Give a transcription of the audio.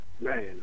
Man